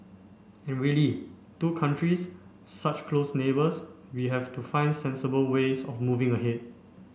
and really two countries such close neighbours we have to find sensible ways of moving ahead